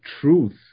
truth